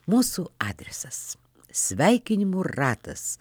mūsų adresas sveikinimų ratas